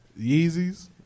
Yeezys